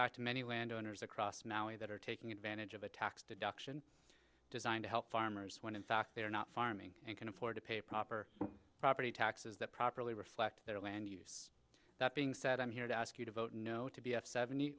fact many land owners across maui that are taking advantage of a tax deduction designed to help farmers when in fact they are not farming and can afford to pay proper property taxes that properly reflect their land use that being said i'm here to ask you to vote no to b f seventy